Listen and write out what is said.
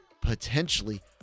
potentially